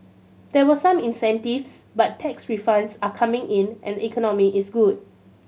there were some incentives but tax refunds are coming in and the economy is good